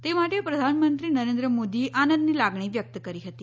તે માટે પ્રધાનમંત્રી નરેન્દ્ર મોદીએ આનંદની લાગણી વ્યકત કરી હતી